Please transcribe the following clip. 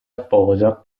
sposa